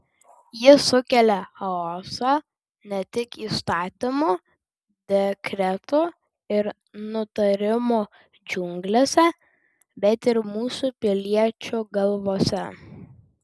jis sukelia chaosą ne tik įstatymų dekretų ir nutarimų džiunglėse bet ir mūsų piliečių galvose